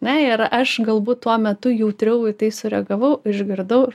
na ir aš galbūt tuo metu jautriau į tai sureagavau išgirdau ir